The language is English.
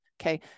Okay